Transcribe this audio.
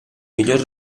millors